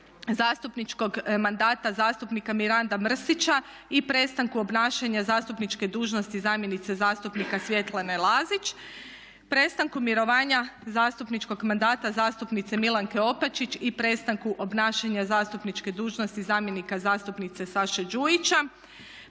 zastupničkog mandata zastupnika Miranda Mrsića i prestanku obnašanja zastupničke dužnosti zamjenice zastupnika Svjetlane Lazić. Prestanku mirovanja zastupničkog mandata zastupnice Milanke Opačić i prestanku obnašanja zastupničke dužnosti zamjenika zastupnice Saše Đujića.